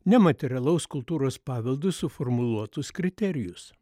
nematerialaus kultūros paveldui suformuluotus kriterijus